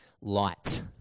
light